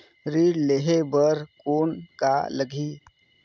ऋण लेहे बर कौन का लगही?